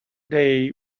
day